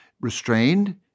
restrained